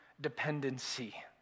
dependency